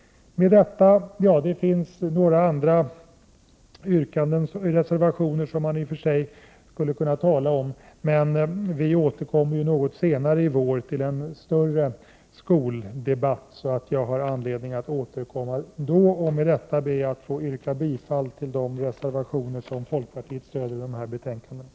Det finns några andra reservationer som man i och för sig skulle kunna tala om, men vi återkommer ju något senare i vår till en större skoldebatt, så jag får anledning att återkomma då. Med detta ber jag att få yrka bifall till de reservationer som folkpartiet stöder i de här betänkandena.